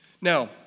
Now